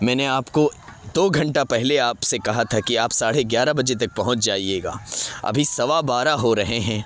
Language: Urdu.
میں نے آپ کو دو گھنٹہ پہلے آپ سے کہا تھا کہ آپ ساڑھے گیارہ بجے تک پہنچ جائیے گا ابھی سوا بارہ ہو رہے ہیں